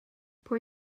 pwy